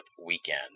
weekend